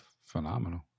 phenomenal